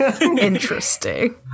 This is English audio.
interesting